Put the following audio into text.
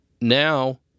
now